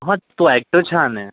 हां तो अॅक्टर छान आहे